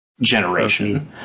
generation